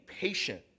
patient